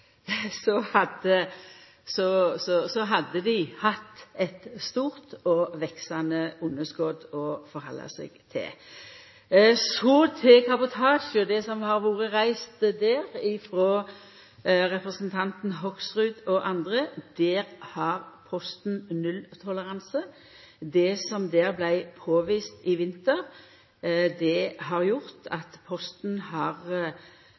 Så til kabotasje og det som har vore reist der frå representanten Hoksrud og andre. Der har Posten nulltoleranse. Det som vart påvist i vinter, har gjort at Posten har